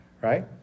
right